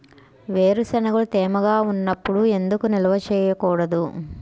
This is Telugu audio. వేరుశనగలు తేమగా ఉన్నప్పుడు ఎందుకు నిల్వ ఉంచకూడదు?